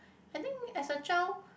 I think as a child